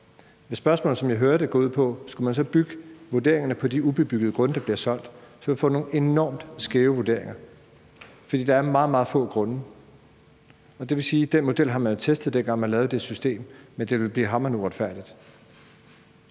Spørgsmålet, som jeg hører det, går ud på, om man så skulle bygge vurderingerne på de ubebyggede grunde, der bliver solgt. Så ville vi få nogle enormt skæve vurderinger, for det er meget, meget få grunde. Den model har man jo testet, dengang man lavede det system, men det ville blive hamrende uretfærdigt.